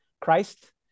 Christ